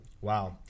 Wow